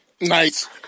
Nice